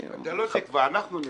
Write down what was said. אתה לא נקבע אנחנו נקבע.